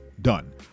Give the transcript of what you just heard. done